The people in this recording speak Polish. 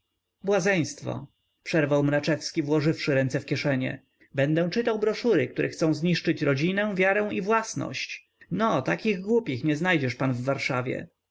błazeństwo przerwał mraczewski włożywszy ręce w kieszenie będę czytał broszury które chcą zniszczyć rodzinę wiarę i własność no takich głupich nie znajdziesz pan w warszawie